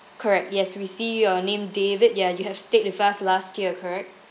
correct yes we see your name david ya you have stayed with us last year correct